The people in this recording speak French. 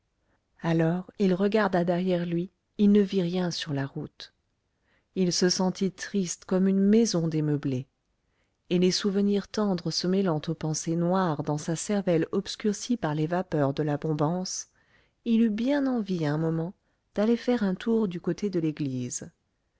alors il regarda derrière lui il n'aperçut rien sur la route il se sentit triste comme une maison démeublée et les souvenirs tendres se mêlant aux pensées noires dans sa cervelle obscurcie par les vapeurs de la bombance il eut bien envie un moment d'aller faire un tour du côté de l'église